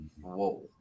whoa